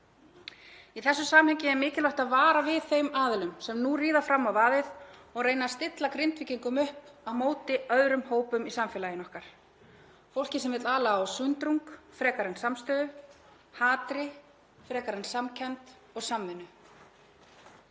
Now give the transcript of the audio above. Í þessu samhengi er mikilvægt að vara við þeim aðilum sem nú ryðjast fram á völlinn og reyna að stilla Grindvíkingum upp á móti öðrum hópum í samfélaginu okkar, fólki sem vill ala á sundrung frekar en samstöðu, hatri frekar en samkennd og samvinnu.